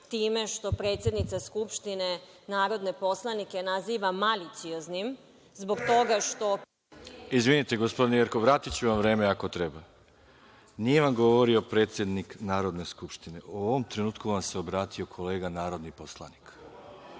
time što predsednica Skupštine narodne poslanike naziva malicioznim … **Veroljub Arsić** Izvinite, gospođice Jerkov, vratiću vam vreme ako treba. Nije vam govorio predsednik Narodne skupštine, u ovom trenutku vam se obratio kolega narodni poslanik.